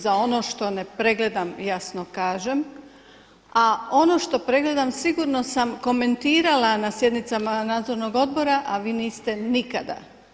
Za ono što ne pregledam jasno kažem, a ono što pregledam sigurno sam komentirala na sjednicama nadzornog odbora, a vi niste nikada.